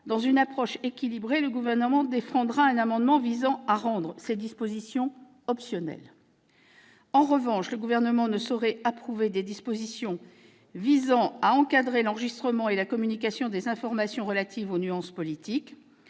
dans une approche équilibrée, le Gouvernement défendra un amendement visant à rendre ces dispositions optionnelles. En revanche, le Gouvernement ne saurait approuver des dispositions tendant à encadrer l'enregistrement et la communication des informations relatives aux nuances politiques.